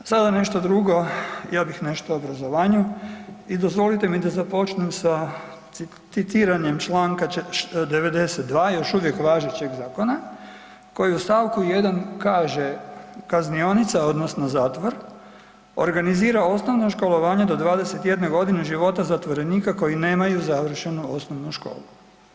Sada nešto drugo, ja bih nešto o obrazovanju i dozvolite mi da započnem sa citiranjem Članka 92. još uvijek važećeg zakona koji u stavku 1. kaže: „Kaznionica odnosno zatvor organizira osnovno školovanje do 21 godine života zatvorenika koji nemaju završenu osnovnu školu.